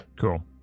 Cool